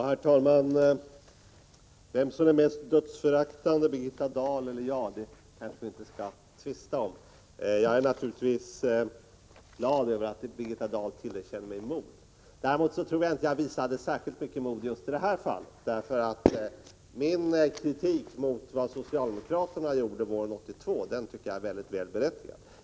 Herr talman! Vem som är mest dödsföraktande, Birgitta Dahl eller jag, 8 maj 1987 skall vi kanske inte tvista om. Jag är naturligtvis glad över att Birgitta Dahl tillerkänner mig mod. Däremot tror jag inte att jag visade särskilt mycket mod just i det här fallet, därför att min kritik mot vad socialdemokraterna gjorde våren 1982 är mycket berättigad.